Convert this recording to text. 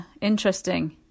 interesting